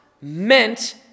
meant